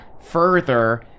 further